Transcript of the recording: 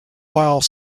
while